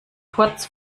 kurz